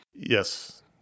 Yes